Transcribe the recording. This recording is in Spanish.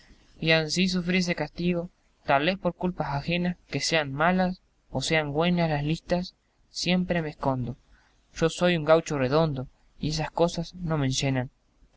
y ansí sufrí ese castigo tal vez por culpas ajenas que sean malas o sean güenas las listas siempre me escondo yo soy un gaucho redondo y esas cosas no